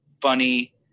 funny